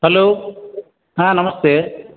hello ಹಾಂ ನಮಸ್ತೆ